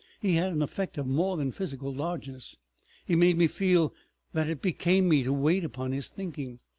he had an effect of more than physical largeness he made me feel that it became me to wait upon his thinking.